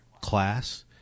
class